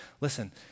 Listen